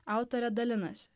autorė dalinasi